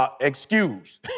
Excuse